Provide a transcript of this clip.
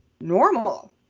normal